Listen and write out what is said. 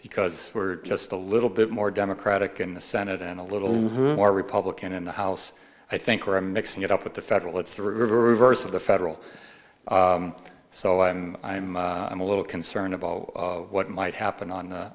because we're just a little bit more democratic in the senate and a little more republican in the house i think we're mixing it up with the federal it's the reverse of the federal so and i'm a little concerned about what might happen on